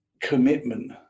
commitment